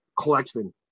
collection